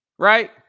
Right